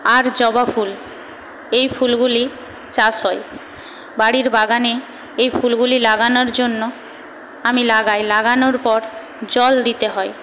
আর জবা ফুল এই ফুলগুলি চাষ হয় বাড়ির বাগানে এই ফুলগুলি লাগানোর জন্য আমি লাগাই লাগানোর পর জল দিতে হয়